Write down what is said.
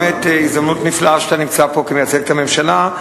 באמת הזדמנות נפלאה שאתה נמצא פה כמייצג את הממשלה.